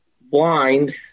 blind